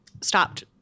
stopped